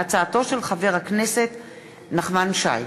נחמן שי,